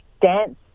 dance